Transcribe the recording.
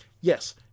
Yes